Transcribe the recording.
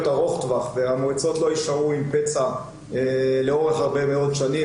ארוך טווח והמועצות לא יישארו עם פצע לאורך הרבה מאוד שנים.